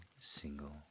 single